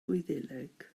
gwyddeleg